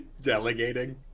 Delegating